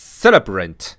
celebrant